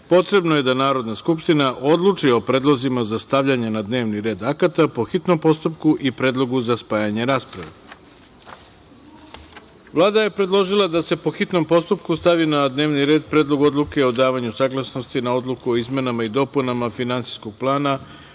potrebno je da Narodna skupština odluči o predlozima za stavljanje na dnevni red akata po hitnom postupku i predlogu za spajanje rasprave. Vlada je predložila da se po hitnom postupku stavi na dnevni red Predlog odluke o davanju saglasnosti na Odluku o izmenama i dopunama Finansijskog plana